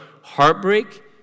heartbreak